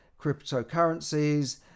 cryptocurrencies